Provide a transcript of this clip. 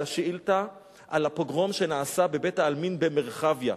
השאילתא על הפוגרום שנעשה בבית-העלמין במרחביה,